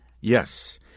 Yes